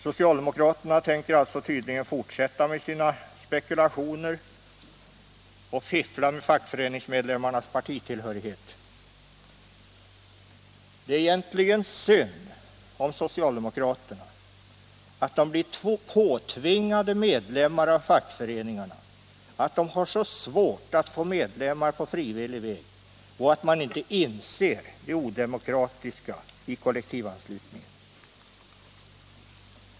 Socialdemokraterna tänker alltså tydligen fortsätta med sina spekulationer och fiffla med fackföreningsmedlemmarnas partitillhörighet. Det är egentligen synd om socialdemokraterna — att de blir påtvingade medlemmar av fackföreningarna, att de har så svårt att få medlemmar på frivillig väg, och att man inte inser det odemokratiska i kollektivanslutningen.